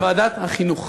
לוועדת החינוך.